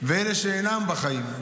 ואלה שאינם בחיים,